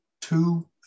two